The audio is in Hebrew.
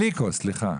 שלום,